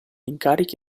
incarichi